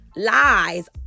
Lies